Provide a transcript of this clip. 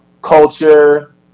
Culture